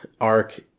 arc